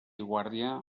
guàrdia